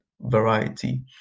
variety